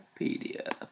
Wikipedia